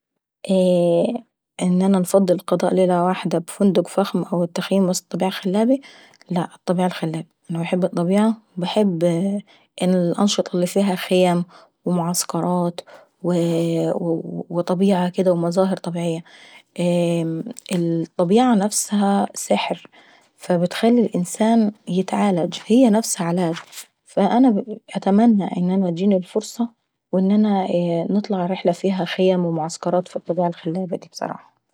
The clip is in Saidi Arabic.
ان انا نفضل قضاء ليلة واحدة اف فندق فخم او التخييم ف وسط طبيعة خلابي؟ لاءالطبيعة الخلابي. انا باحب الطبيعة وباحب الأنشطة اللي فيها خيم ومعسكرات وووو طبيعة كدا ومظاهر طبيعية. الطبيعة نفسها سحر فبتخلي الانسان يتعالج هي نفسها علاج فانا نتمنى اتجيلي الفرصة وان انا نطلع رحلة فيها خيم ومعسكرات جوة الطبيعة الخلابة ديا الصراحة.